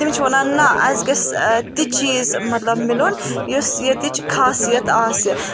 تِم چھِ وَنان نہ اَسہِ گَژھِ تہِ چیٖز مطلب مِلُن یُس ییٚتِچ خاصیَت آسہِ